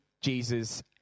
Jesus